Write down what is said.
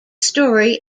story